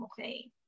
Okay